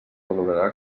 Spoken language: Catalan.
valorarà